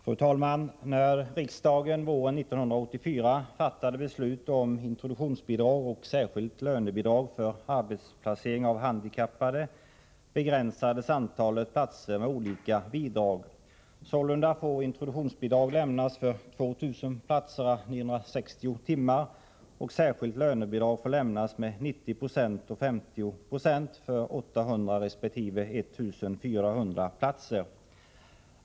Fru talman! När riksdagen våren 1984 fattade beslut om introduktionsbidrag och särskilt lönebidrag för arbetsplacering av handikappade begränsades antalet platser med olika bidrag. Sålunda får introduktionsbidrag lämnas för 2 000 platser å 960 timmar, och särskilt lönebidrag får lämnas med 90 och 50 90 för 800 resp. 1 400 platser.